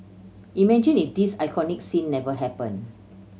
imagine if this iconic scene never happened